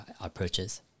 approaches